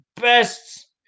best